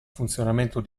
funzionamento